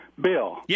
Bill